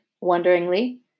wonderingly